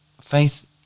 faith